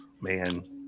man